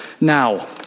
now